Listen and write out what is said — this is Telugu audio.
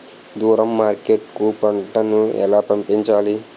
దూరం మార్కెట్ కు పంట ను ఎలా పంపించాలి?